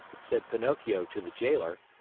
said pinocchio to the jailer.